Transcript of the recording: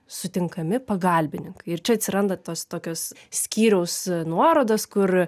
sutinkami pagalbininkai ir čia atsiranda tos tokios skyriaus nuorodos kur